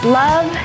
love